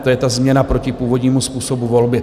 To je změna proti původnímu způsobu volby.